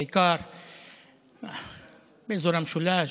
בעיקר באזור המשולש,